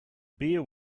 beer